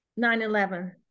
9-11